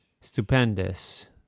stupendous